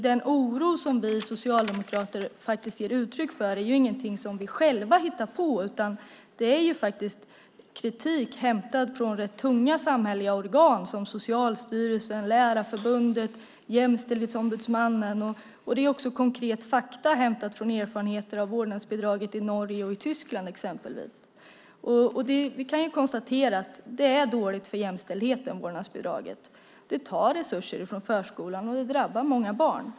Den oro som vi socialdemokrater ger uttryck för är inget som vi själva har hittat på, utan det är kritik hämtat från rätt tunga samhälleliga organ som Socialstyrelsen, Lärarförbundet och Jämställdhetsombudsmannen. Det handlar också om konkreta fakta hämtade från erfarenheter av vårdnadsbidraget i Norge och Tyskland, exempelvis. Vi kan konstatera att vårdnadsbidraget är dåligt för jämställdheten. Det tar resurser från förskolan och det drabbar många barn.